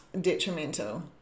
detrimental